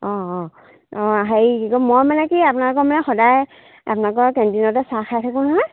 অঁ অঁ অঁ হেৰি কি কয় মই মানে কি আপোনালোকৰ সদায় আপোনালোকৰ কেণ্টিনতে চাহ খাই থাকোঁ নহয়